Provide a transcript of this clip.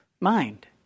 mind